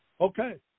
okay